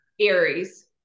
Aries